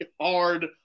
hard